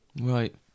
Right